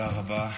תודה רבה.